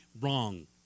wrong